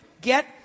Get